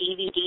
DVD